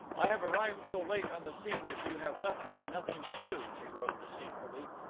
i have arrived so late on the scene that you have left me nothing to do, he wrote deceitfully.